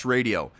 Radio